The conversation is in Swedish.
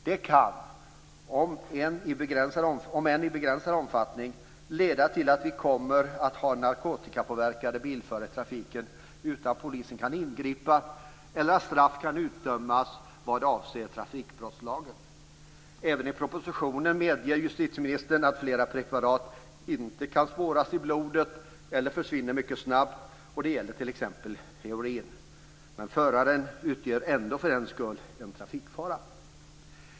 Det kan, om än i begränsad omfattning, leda till att vi kommer att ha narkotikapåverkade bilförare i trafiken utan att polisen kan ingripa eller att straff kan utdömas vad avser trafikbrottslagen. Även i propositionen medger justitieministern att flera preparat inte kan spåras i blodet eller att de försvinner mycket snabbt. Det gäller t.ex. heroin. Men föraren utgör ändå en trafikfara.